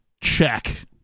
Check